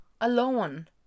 alone